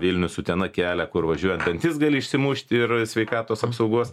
vilnius utena kelią kur važiuojant dantis gali išsimušti ir sveikatos apsaugos